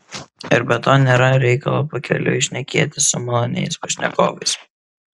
ir be to nėra reikalo pakeliui šnekėtis su maloniais pašnekovais